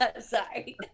Sorry